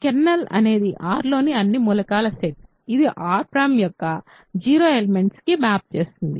kernel అనేది R లోని అన్ని మూలకాల సెట్ ఇది R ǀ యొక్క 0 ఎలెమెంట్స్ కి మ్యాప్ చేస్తుంది